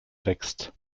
wächst